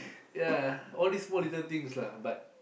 ya all these small little things lah but